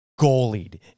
goalied